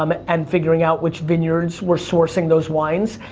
um and figuring out which vineyards were sourcing those wines,